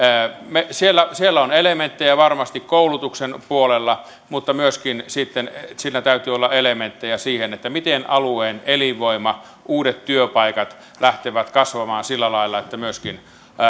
siellä siellä on elementtejä varmasti koulutuksen puolella mutta siinä täytyy sitten myöskin olla elementtejä siihen miten alueen elinvoima uudet työpaikat lähtevät kasvamaan sillä lailla että myöskin